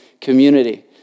community